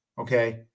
Okay